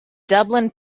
dublin